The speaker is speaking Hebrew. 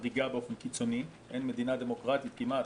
חריגה באופן קיצוני; אין מדינה דמוקרטית כמעט,